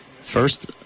First